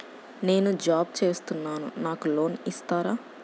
నేను జాబ్ చేస్తున్నాను నాకు లోన్ ఇస్తారా?